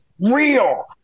real